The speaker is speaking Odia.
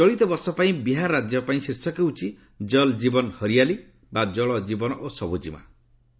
ଚଳିତବର୍ଷ ପାଇଁ ବିହାର ରାଜ୍ୟ ପାଇଁ ଶୀର୍ଷକ ହେଉଛି 'ଜଲ୍ ଜୀବନ ହରିଆଲୀ' ବା 'ଜଳ ଜୀବନ ଓ ସବୁଜିମା'